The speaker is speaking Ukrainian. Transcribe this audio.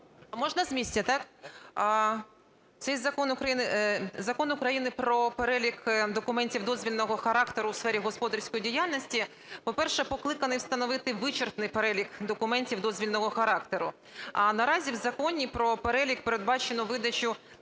можна з місця? Цей Закон України про перелік документів дозвільного характеру у сфері господарської діяльності, по-перше, покликаний встановити вичерпний перелік документів дозвільного характеру. Наразі в Законі про перелік передбачено видачу